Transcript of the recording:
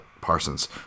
Parsons